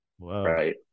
right